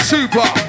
Super